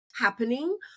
happening